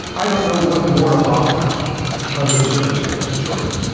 i don't know what more to offer under the circumstances jordan.